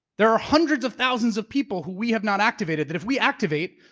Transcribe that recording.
there are hundreds of thousands of people who we have not activated, that if we activate,